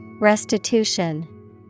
Restitution